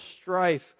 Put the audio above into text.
strife